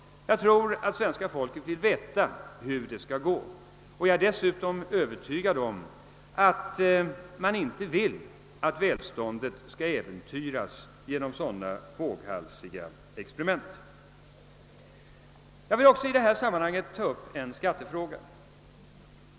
Jag tror att svenska folket vill veta hur det skall gå. Jag är dessutom övertygad om att svenska folket inte vill att välståndet skall äventyras genom sådana våghalsiga experiment. Jag vill också i detta sammanhang ta upp en skattefråga.